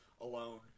alone